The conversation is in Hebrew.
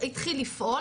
הוא התחיל לפעול.